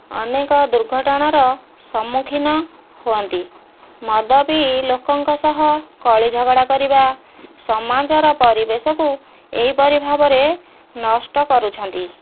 ଅନେକ ଦୁର୍ଘଟଣାର ସମ୍ମୁଖୀନ ହୁଅନ୍ତି ମଦ ପିଇ ଲୋକଙ୍କ ସହ କଳି ଝଗଡ଼ା କରିବା ସମାଜର ପରିବେଶକୁ ଏହିପରି ଭାବରେ ନଷ୍ଟ କରୁଛନ୍ତି